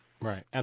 right